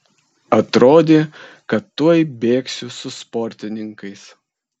atrodė kad tuoj bėgsiu su sportininkais